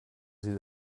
sie